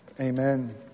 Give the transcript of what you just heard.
Amen